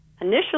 Initially